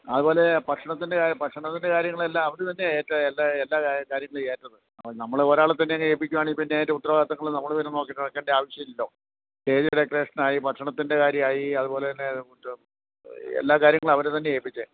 അതുപോലെ ഭക്ഷണത്തിൻ്റെ ഭക്ഷണത്തിൻ്റെ കാര്യങ്ങളെല്ലാം അവരുതന്നെയാ ഏറ്റവും എല്ലാ എല്ലാ കാര്യങ്ങളും ഏറ്റത് നമ്മൾ ഒരാളെത്തന്നെ അങ്ങ് ഏൽപ്പിക്കുവാണെ പിന്നെ അതിൻ്റെ ഉത്തരവാദിത്തങ്ങൾ നമ്മൾ തന്നെ നോക്കേണ്ട ആവശ്യം ഇല്ലല്ലോ സ്റ്റേജ് ഡെക്കറേഷനായി ഭക്ഷണത്തിൻ്റെ കാര്യം ആയി അതുപോലെത്തന്നെ എല്ലാ കാര്യങ്ങളും അവരെത്തന്നെ ഏൽപ്പിച്ചത്